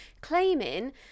claiming